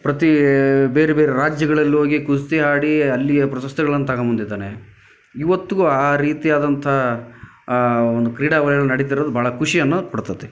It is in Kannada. ಪ್ರತಿ ಬೇರೆ ಬೇರೆ ರಾಜ್ಯಗಳಲ್ಲೋಗಿ ಕುಸ್ತಿ ಆಡಿ ಅಲ್ಲಿಯ ಪ್ರಶಸ್ತಿಗಳನ್ನು ತಗೊಂಬಂದಿದ್ದಾನೆ ಇವತ್ತಿಗೂ ಆ ರೀತಿಯಾದಂಥ ಒಂದು ಕ್ರೀಡಾ ವಲಯಗಳು ನಡೀತಿರೋದು ಭಾಳ ಖುಷಿಯನ್ನು ಕೊಡ್ತತೆ